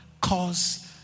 Cause